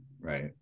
right